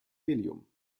helium